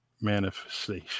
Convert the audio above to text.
manifestation